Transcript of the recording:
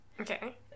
Okay